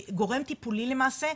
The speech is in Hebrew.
גורם טיפולי למעשה,